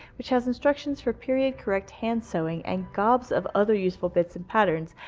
which has instructions for period-correct hand sewing, and gobs of other useful bits and patterns,